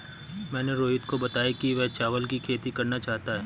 मैंने रोहित को बताया कि वह चावल की खेती करना चाहता है